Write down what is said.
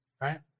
Right